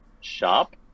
shop